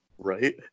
Right